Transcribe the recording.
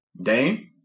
Dame